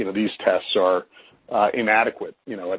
and these tests are inadequate, you know, like